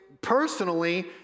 personally